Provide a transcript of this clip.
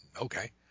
okay